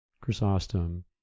chrysostom